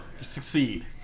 succeed